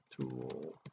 tool